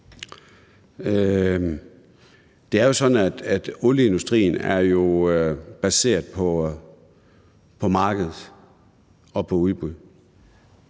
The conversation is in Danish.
Det er jo sådan, at olieindustrien er baseret på markedet og på udbud.